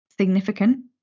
significant